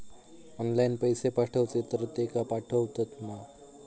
Online पैसे पाठवचे तर तेका पावतत मा?